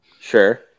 Sure